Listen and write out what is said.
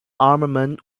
armament